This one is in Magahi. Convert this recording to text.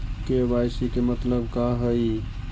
के.वाई.सी के मतलब का हई?